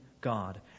God